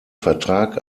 vertrag